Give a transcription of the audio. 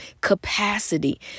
capacity